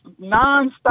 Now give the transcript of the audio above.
nonstop